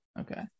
Okay